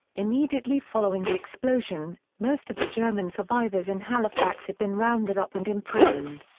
immediately following the explosion, most of the german survivors in halifax had been rounded up and imprisoned.